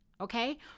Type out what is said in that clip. Okay